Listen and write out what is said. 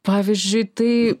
pavyzdžiui tai